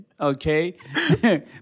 okay